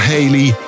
Haley